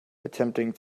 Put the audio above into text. attempting